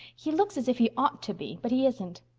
he looks as if he ought to be, but he isn't.